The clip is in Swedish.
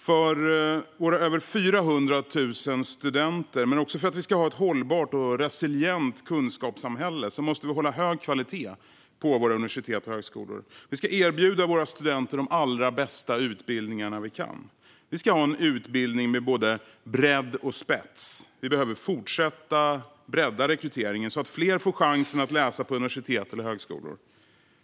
För våra över 400 000 studenter, men också för att vi ska ha ett hållbart och resilient kunskapssamhälle, måste vi hålla hög kvalitet på våra universitet och högskolor. Vi ska erbjuda våra studenter de allra bästa utbildningar vi kan. Vi ska ha en utbildning med både bredd och spets, och vi behöver fortsätta att bredda rekryteringen så att fler får chansen att läsa på universitet eller högskolor.